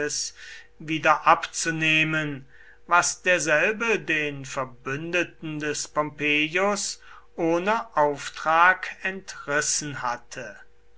wiederabzunehmen was derselbe den verbündeten des pompeius ohne auftrag entrissen hatte